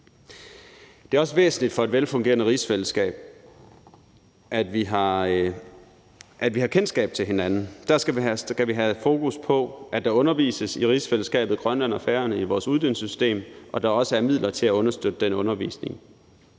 Det er også væsentligt for et velfungerende rigsfællesskab, at vi har kendskab til hinanden, og derfor skal vi have fokus på, at der undervises i rigsfællesskabet, i Grønland og Færøerne, i vores uddannelsessystem, og at der også er midler til at understøtte den undervisning.